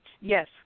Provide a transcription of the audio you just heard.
Yes